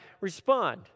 respond